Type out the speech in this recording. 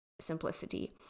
simplicity